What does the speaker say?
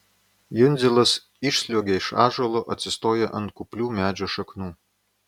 jundzilas išsliuogia iš ąžuolo atsistoja ant kuplių medžio šaknų